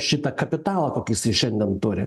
šitą kapitalą kokį jisai šiandien turi